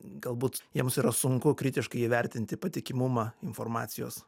galbūt jiems yra sunku kritiškai įvertinti patikimumą informacijos